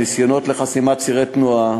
בניסיונות לחסימת צירי תנועה,